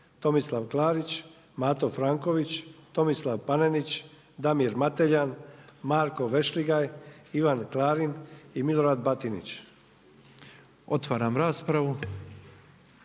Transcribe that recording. Tomislav Klarić, Mato Franković, Tomislav Panenić, Damir Mateljan, Marko Vešligaj, Ivan Klarin i Milorad Batinić. **Petrov,